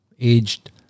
aged